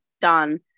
done